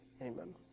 amen